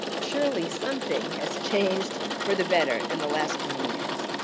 surely, something has changed for the better in the last twenty years?